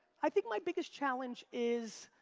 i think my biggest challenge is,